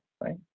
right